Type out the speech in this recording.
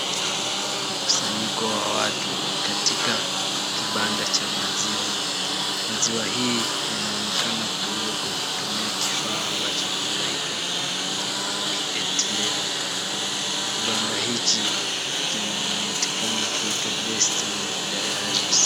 Mkusanyiko wa watu katika kibanda cha maziwa. Maziwa hii inaonekana kuuzwa kwa kutumia kifaa ambacho kinaitwa Milk ATM . Kibanda hichi kinaonekana kuitwa Destiny Dairies.